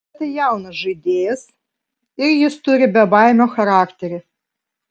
bet tai jaunas žaidėjas ir jis turi bebaimio charakterį